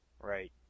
Right